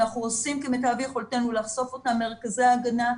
אנחנו עושים כמיטב יכולתנו לחשוף את מרכזי ההגנה.